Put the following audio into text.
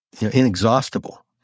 inexhaustible